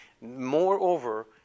Moreover